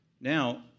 now